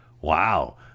Wow